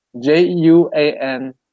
J-U-A-N